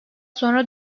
sonra